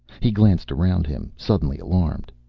he glanced around him, suddenly alarmed.